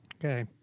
Okay